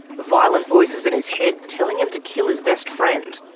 violent voices in his head telling him to kill his best friend.